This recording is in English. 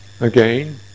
again